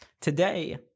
today